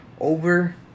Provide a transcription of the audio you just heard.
over